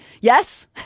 Yes